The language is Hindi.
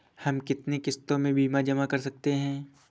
हम कितनी किश्तों में बीमा जमा कर सकते हैं?